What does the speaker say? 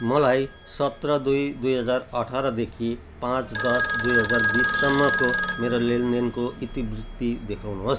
मलाई सत्र दुई दुई हजार अठारदेखि पाँच दस दुई हजार बिससम्मको मेरो लेनदेनको इतिवृत्त देखाउनुहोस्